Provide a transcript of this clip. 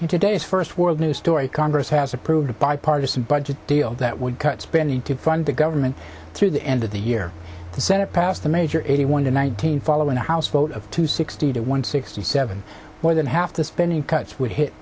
and today's first world news story congress has approved a bipartisan budget deal that would cut spending to fund the government through the end of the year the senate passed the measure eighty one to nineteen following a house vote of two sixty to one sixty seven more than half the spending cuts would hit